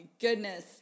goodness